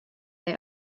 they